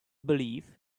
believe